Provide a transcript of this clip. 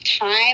time